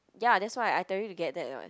ya that's why I tell you to get that [one]